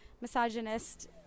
misogynist